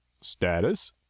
Status